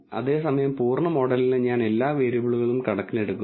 അതേസമയം പൂർണ്ണ മോഡലിന് ഞാൻ എല്ലാ വേരിയബിളുകളും കണക്കിലെടുക്കുന്നു